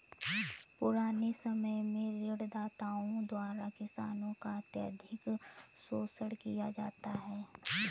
पुराने समय में ऋणदाताओं द्वारा किसानों का अत्यधिक शोषण किया जाता था